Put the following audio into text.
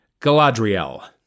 Galadriel